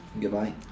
goodbye